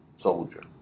soldier